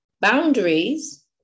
Boundaries